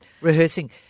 rehearsing